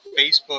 Facebook